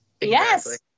Yes